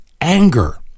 anger